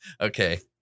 Okay